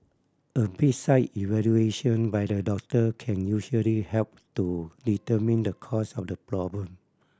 a bedside evaluation by the doctor can usually help to determine the cause of the problem